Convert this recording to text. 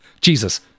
Jesus